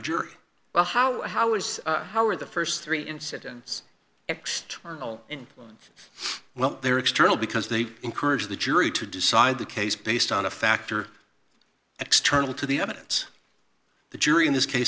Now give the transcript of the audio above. jury well how how is how are the st three incidents ext and well they're external because they encourage the jury to decide the case based on a factor external to the evidence the jury in this case